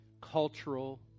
cultural